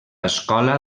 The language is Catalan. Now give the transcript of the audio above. escola